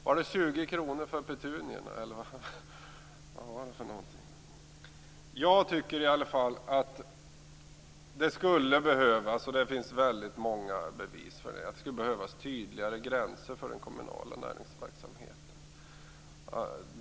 Var det 20 kr man där tog för petunior? Det finns många bevis för att det skulle behövas tydligare gränser för den kommunala näringsverksamheten.